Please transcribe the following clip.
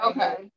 Okay